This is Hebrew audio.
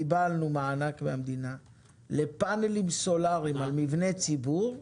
קיבלנו מענק מן המדינה לפנלים סולריים על מבני ציבור.